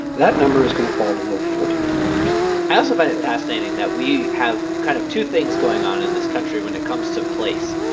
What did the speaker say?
that number is going to fall below forty percent i also find it fascinating that we have kind of two things going on in this country when it comes to place.